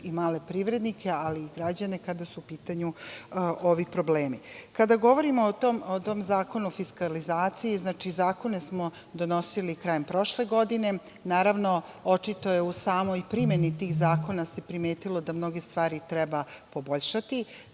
i male privrednike, ali i građane kada su u pitanju ovi problemi. Kada govorimo o tom Zakonu o fiskalizaciji, zakone smo donosili krajem prošle godine, naravno, očito se u samoj primeni tih zakona primetilo da mnoge stvari treba poboljšati.